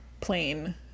plain